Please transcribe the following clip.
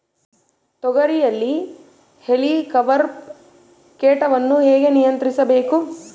ತೋಗರಿಯಲ್ಲಿ ಹೇಲಿಕವರ್ಪ ಕೇಟವನ್ನು ಹೇಗೆ ನಿಯಂತ್ರಿಸಬೇಕು?